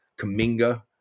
Kaminga